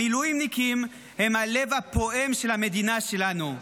המילואימניקים הם הלב הפועם של המדינה שלנו.